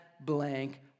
blank